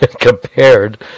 compared